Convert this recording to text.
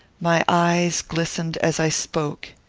my eyes glistened as i spoke.